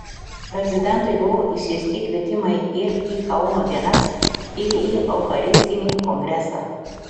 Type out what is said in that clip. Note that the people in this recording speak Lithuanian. prezidentui buvo išsiųsti kvietimai ir į kauno dienas ir į eucharistinį kongresą